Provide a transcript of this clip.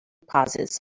pauses